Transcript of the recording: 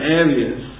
areas